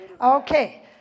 Okay